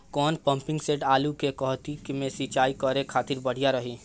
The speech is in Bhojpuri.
कौन पंपिंग सेट आलू के कहती मे सिचाई करे खातिर बढ़िया रही?